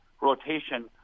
rotation –